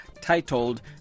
titled